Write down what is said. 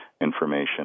information